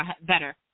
better